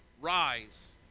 Rise